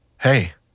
hey